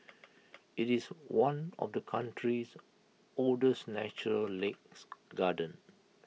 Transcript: IT is one of the country's oldest natural lakes gardens